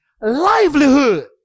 Livelihood